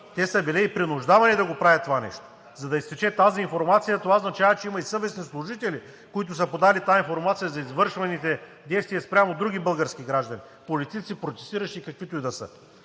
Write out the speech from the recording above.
те са били и принуждавани да го правят това нещо. За да изтече тази информация, това означава, че има и съвестни служители, които са подали тази информация за извършваните действия спрямо други български граждани – политици, протестиращи и каквито и да са.